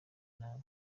nabi